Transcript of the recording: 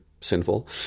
sinful